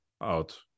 out